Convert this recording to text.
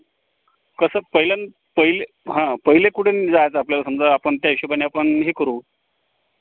कसं पहिल्यान पहिले हां पहिले कुठनं जायचं आपल्याला समजा आपण त्या हिशोबाने आपण हे करू